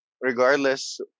regardless